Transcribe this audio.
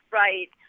right